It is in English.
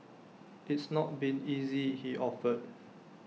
it's not been easy he offered